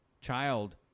child